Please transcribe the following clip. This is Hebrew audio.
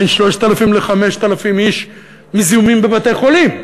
בין 3,000 ל-5,000 איש מזיהומים בבתי-חולים.